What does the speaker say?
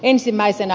ensimmäisenä